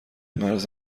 مرز